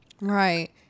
Right